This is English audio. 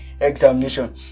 examination